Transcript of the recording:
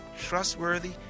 trustworthy